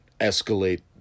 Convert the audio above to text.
escalate